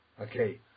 okay